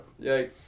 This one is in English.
Yikes